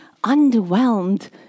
underwhelmed